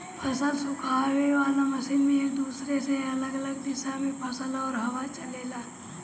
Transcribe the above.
फसल सुखावे वाला मशीन में एक दूसरे से अलग अलग दिशा में फसल और हवा चलेला